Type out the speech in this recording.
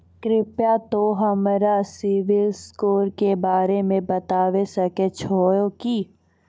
कृपया तोंय हमरा सिविल स्कोरो के बारे मे बताबै सकै छहो कि?